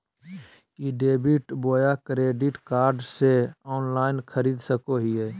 ई debit बोया credit card से online खरीद सको हिए?